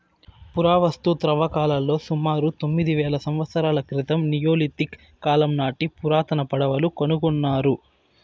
పురావస్తు త్రవ్వకాలలో సుమారు తొమ్మిది వేల సంవత్సరాల క్రితం నియోలిథిక్ కాలం నాటి పురాతన పడవలు కనుకొన్నారు